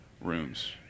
rooms